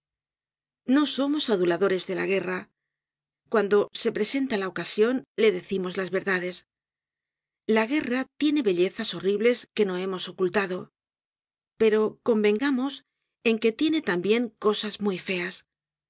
no somos aduladores de la guerra cuando se presenta la ocasion le decimos las verdades la guerra tiene bellezas horribles que no hemos ocultado pero convengamos en que tiene tambien cosas muy feas